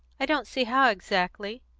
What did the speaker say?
i don't see how, exactly.